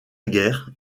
guerre